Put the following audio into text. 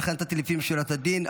ולכן נתתי לפנים משורת הדין,